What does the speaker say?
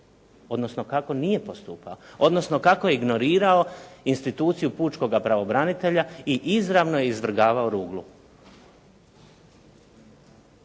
odnosno kako nije postupao, odnosno kako je ignorirao instituciju pučkoga pravobranitelja i izravno je izvrgavao ruglu.